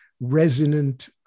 resonant